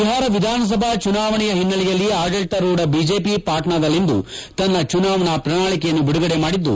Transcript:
ಬಿಹಾರ ವಿಧಾನಸಭಾ ಚುನಾವಣೆಯ ಹಿನ್ನೆಲೆಯಲ್ಲಿ ಆಡಳಿತಾರೂಢ ಬಿಜೆಪಿ ಪಾಟ್ನಾದಲ್ಲಿಂದು ತನ್ನ ಚುನಾವಣಾ ಪ್ರಣಾಳಕೆಯನ್ನು ಬಿಡುಗಡೆ ಮಾಡಿದ್ದು